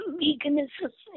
veganism